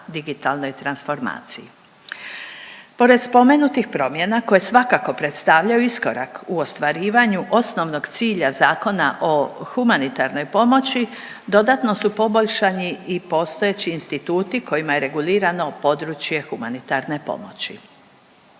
digitalnoj transformaciji. Pored spomenutih promjena koje svakako predstavljaju iskorak u ostvarivanju osnovnog cilja Zakona o humanitarnoj pomoći dodatno su poboljšani i postojeći instituti kojima je regulirano područje humanitarne pomoći.